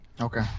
Okay